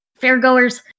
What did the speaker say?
Fairgoers